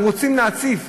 אנחנו רוצים להציף.